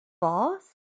boss